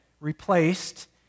replaced